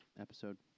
episode